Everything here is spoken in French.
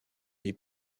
les